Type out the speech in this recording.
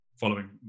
following